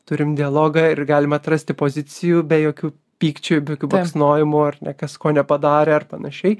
turim dialogą ir galim atrasti pozicijų be jokių pykčių be jokių baksnojimų ar ne kas ko nepadarė ar panašiai